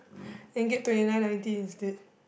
can get twenty nine ninety instead